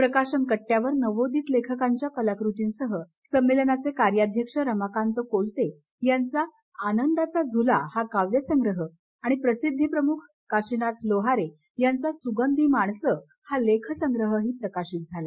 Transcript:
प्रकाशन कट्टयावर नवोदित लेखकांच्या कलाकृतींसह संमेलनाचे कार्यध्यक्ष रमाकांत कोलते यांचा आनंदाचा झुला हा काव्य संग्रह आणि प्रसिद्धी प्रमुख काशिनाथ लोहारे यांचा सुगंधी माणसं हा लेख संग्रहही प्रकाशित झाला